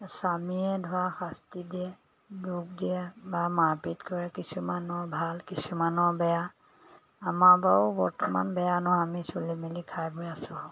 স্বামীয়ে ধৰা শাস্তি দিয়ে দুখ দিয়ে বা মাৰপিত কৰে কিছুমানৰ ভাল কিছুমানৰ বেয়া আমাৰ বাৰু বৰ্তমান বেয়া নহয় আমি চলি মেলি খাই বৈ আছোঁ আৰু